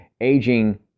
aging